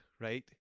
right